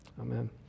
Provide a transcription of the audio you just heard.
Amen